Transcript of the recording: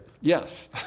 Yes